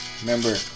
Remember